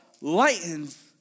lightens